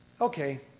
okay